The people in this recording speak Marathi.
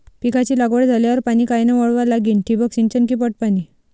पिकाची लागवड झाल्यावर पाणी कायनं वळवा लागीन? ठिबक सिंचन की पट पाणी?